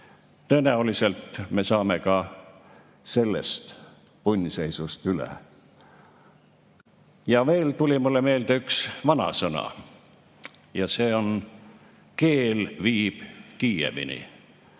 Tõenäoliselt me saame ka sellest punnseisust üle. Ja veel tuli mulle meelde üks vanasõna ja see on: keel viib Kiievini.